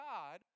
God